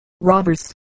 robbers